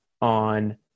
on